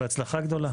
בהצלחה גדולה.